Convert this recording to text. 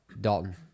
Dalton